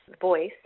voice